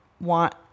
want